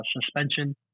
suspension